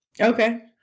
Okay